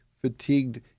fatigued